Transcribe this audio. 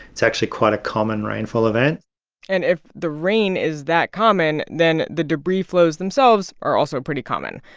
it's actually quite a common rainfall event and if the rain is that common, then the debris flows themselves are also pretty common,